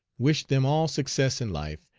wished them all success in life,